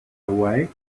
away